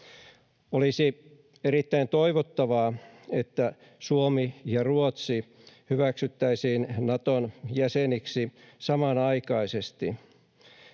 Olisi erittäin toivottavaa, että Suomi ja Ruotsi hyväksyttäisiin Naton jäseniksi samanaikaisesti,